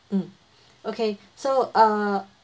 mm okay so uh